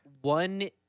one